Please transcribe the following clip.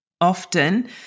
Often